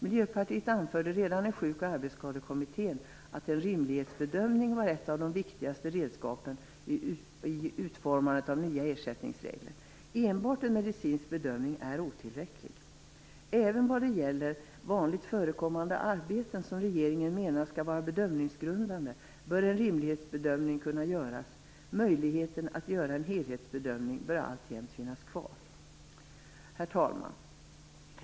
Miljöpartiet anförde redan i Sjuk och arbetsskadekommittén att en rimlighetsbedömning var ett av de viktigaste redskapen i utformandet av nya ersättningsregler. Enbart en medicinsk bedömning är otillräcklig. Även vad gäller de vanligt förekommande arbeten som regeringen menar skall vara bedömningsgrundande bör en rimlighetsbedömning kunna göras. Möjligheten att göra en helhetsbedömning bör alltjämt finnas kvar. Herr talman!